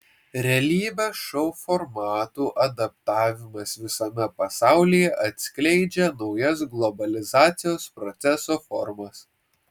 realybės šou formatų adaptavimas visame pasaulyje atskleidžia naujas globalizacijos proceso formas